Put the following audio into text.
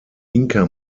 inka